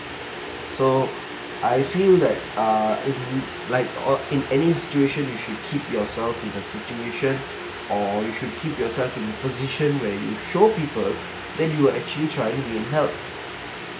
so I feel that uh in like or in any situation you should keep yourself in a situation or you should keep yourself in the position where you show people then you were actually trying to be in help